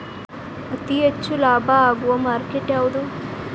ಅತಿ ಹೆಚ್ಚು ಲಾಭ ಆಗುವ ಮಾರ್ಕೆಟ್ ಯಾವುದು?